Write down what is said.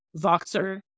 Voxer